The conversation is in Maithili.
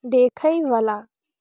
देखयबला